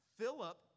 Philip